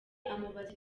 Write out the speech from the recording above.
amubaza